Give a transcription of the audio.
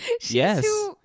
yes